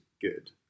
good